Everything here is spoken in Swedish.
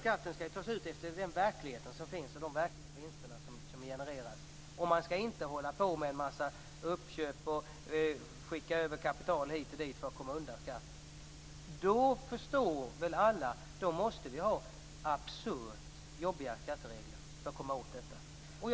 Skatten skall ju tas ut efter den verklighet som finns och de verkliga vinster som genereras. Man skall inte hålla på med en massa uppköp och att skicka över kapital hit och dit för att komma undan skatt. Då förstår väl alla att vi tvingas ha absurt jobbiga skatteregler för att komma åt detta.